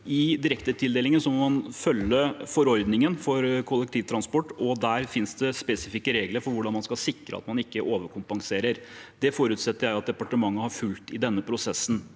I direktetildelinger må man følge forordningen for kollektivtransport, og der finnes det spesifikke regler for hvordan man skal sikre at man ikke overkompenserer. Dem forutsetter jeg at departementet har fulgt i denne prosessen.